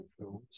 films